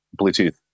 Bluetooth